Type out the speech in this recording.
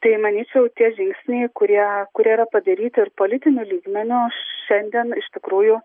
tai manyčiau tie žingsniai kurie kurie yra padaryti ir politiniu lygmeniu šiandien iš tikrųjų